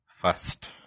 First